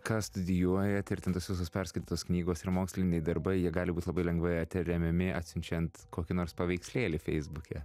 ką studijuojat ir ten tos visos perskaitytos knygos ir moksliniai darbai jie gali būt labai lengvai atremiami atsiunčiant kokį nors paveikslėlį feisbuke